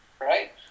right